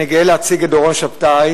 אני גאה להציג את דורון שבתאי,